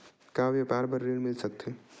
का व्यापार बर ऋण मिल सकथे?